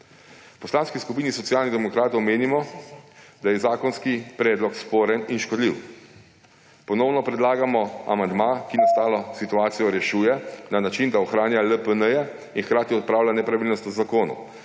V Poslanski skupin Socialnih demokratov menimo, da je zakonski predlog sporen in škodljiv. Ponovno predlagamo amandma, ki nastalo situacijo rešuje na način, da ohranja LPN in hkrati odpravlja nepravilnosti v zakonu.